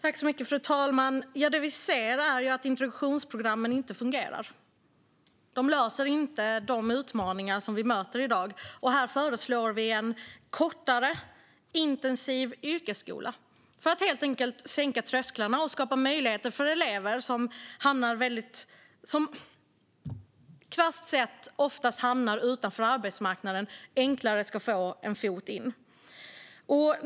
Fru talman! Det vi ser är att introduktionsprogrammen inte fungerar. De löser inte de utmaningar som vi möter i dag, och därför föreslår vi en kortare, intensiv yrkesskola för att helt enkelt sänka trösklarna och skapa möjligheter för att elever som krasst sett oftast hamnar utanför arbetsmarknaden enklare ska få en fot in.